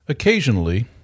Occasionally